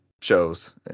shows